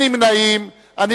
49, נמנעים, אין.